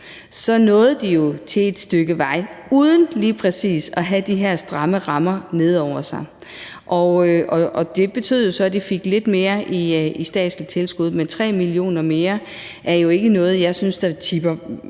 så nåede et stykke vej uden lige præcis at have de her stramme rammer nede over sig, og det betød jo så, at de fik lidt mere i statsligt tilskud. Men 3 mio. kr. mere er jo ikke noget, jeg synes tipper